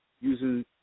using